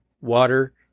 water